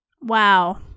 Wow